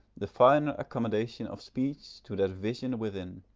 the finer accommodation of speech to that vision within.